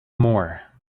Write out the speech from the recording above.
more